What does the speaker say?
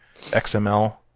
xml